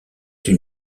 une